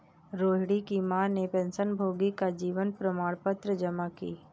रोहिणी की माँ ने पेंशनभोगी का जीवन प्रमाण पत्र जमा की